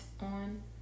on